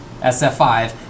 SF5